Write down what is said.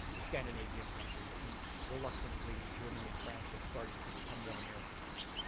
the scandinavian countries and reluctantly germany and france are starting to become more americanised.